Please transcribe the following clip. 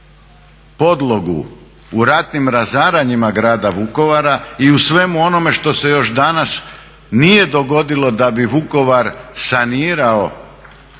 podlogu u ratnim razaranjima Grada Vukovara i u svemu onome što se još danas nije dogodilo da bi Vukovar sanirao